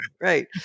right